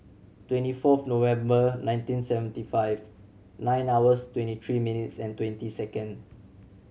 twenty fourth November nineteen seventy five nine hours twenty three minutes and twenty second